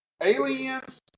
Aliens